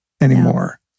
anymore